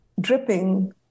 dripping